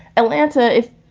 atlanta, if